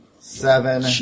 seven